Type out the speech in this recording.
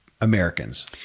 Americans